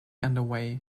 underway